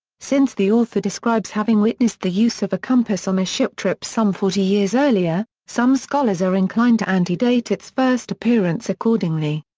since the author describes having witnessed the use of a compass on a ship trip some forty years earlier, some scholars are inclined to antedate its first appearance accordingly.